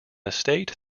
estate